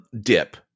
dip